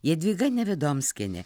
jadvyga nevedomskienė